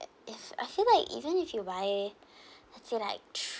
eh if I feel like even if you buy I feel like th~